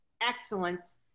excellence